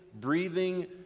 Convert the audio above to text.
breathing